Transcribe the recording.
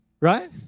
right